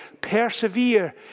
persevere